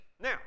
Now